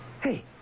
Hey